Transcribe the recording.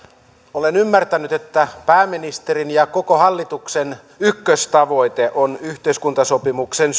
olen ymmärtänyt että pääministerin ja koko hallituksen ykköstavoite on yhteiskuntasopimuksen